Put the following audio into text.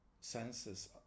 senses